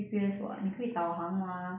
oh ya